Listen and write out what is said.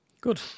Good